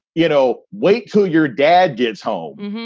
you know, wait till your dad gets home,